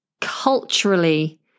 culturally